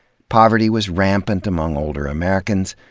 poverty was rampant among older americans,